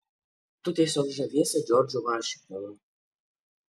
tu tiesiog žaviesi džordžu vašingtonu